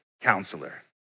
counselor